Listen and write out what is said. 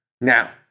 Now